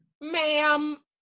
Ma'am